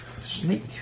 Sneak